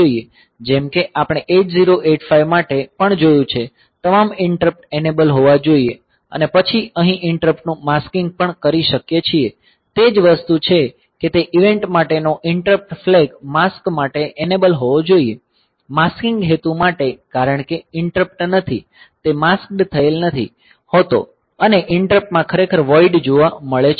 જેમ કે આપણે 8085 માટે પણ જોયું છે તમામ ઈંટરપ્ટ એનેબલ હોવા જોઈએ અને આપણે અહીં ઈંટરપ્ટ નું માસ્કિંગ પણ કરી શકીએ છીએ તે જ વસ્તુ છે કે તે ઇવેન્ટ માટેનો ઈંટરપ્ટ ફ્લેગ માસ્ક માટે એનેબલ હોવો જોઈએ માસ્કિંગ હેતુ માટે કારણ કે ઈંટરપ્ટ નથી તે માસ્કડ થયેલ નથી હોતો અને ઈંટરપ્ટ માં ખરેખર વોઈડ જોવા મળે છે